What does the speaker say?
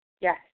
yes